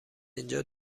اینجا